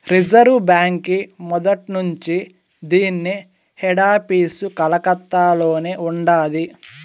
reserve బాంకీ మొదట్నుంచీ దీన్ని హెడాపీసు కలకత్తలోనే ఉండాది